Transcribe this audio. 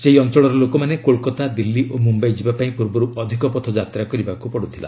ସେହି ଅଞ୍ଚଳର ଲୋକମାନେ କୋଲ୍କାତା ଦିଲ୍ଲୀ ଓ ମୁମ୍ବାଇ ଯିବାପାଇଁ ପୂର୍ବରୁ ଅଧିକ ପଥ ଯାତ୍ରା କରିବାକୁ ପଡ଼ୁଥିଲା